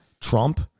Trump